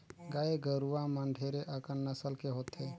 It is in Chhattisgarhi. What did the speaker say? गाय गरुवा मन ढेरे अकन नसल के होथे